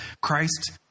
Christ